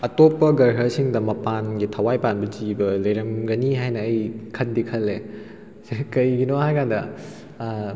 ꯑꯇꯣꯞꯄ ꯒ꯭ꯔꯍꯥꯁꯤꯡꯗ ꯃꯄꯥꯟꯒꯤ ꯊꯋꯥꯏ ꯄꯥꯟꯕ ꯖꯤꯕ ꯂꯩꯔꯝꯒꯅꯤ ꯍꯥꯏꯅ ꯑꯩ ꯈꯟꯗꯤ ꯈꯜꯂꯦ ꯁꯤ ꯀꯔꯤꯒꯤꯅꯣ ꯍꯥꯏ ꯀꯥꯟꯗ